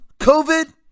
COVID